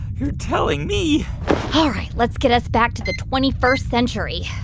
you're telling me all right. let's get us back to the twenty first century.